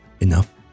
Enough